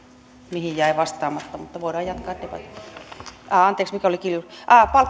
mihin jäi vastaamatta voidaan jatkaa debattia anteeksi mikä oli kiljunen ahaa